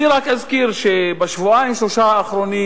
אני רק אזכיר שבשבועיים-שלושה האחרונים